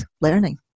learning